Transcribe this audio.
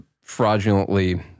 fraudulently